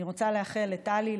אני רוצה לאחל לטלי,